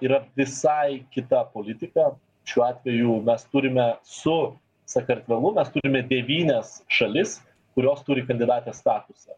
yra visai kita politika šiuo atveju mes turime su sakartvelu mes turime devynias šalis kurios turi kandidatės statusą